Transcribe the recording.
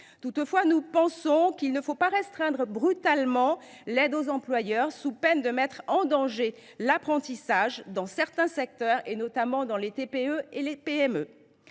Toutefois, nous pensons qu’il ne faut pas restreindre brutalement l’aide aux employeurs, sous peine de mettre en danger l’apprentissage dans certains secteurs, notamment dans les TPE et les PME.